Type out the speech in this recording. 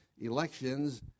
elections